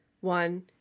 one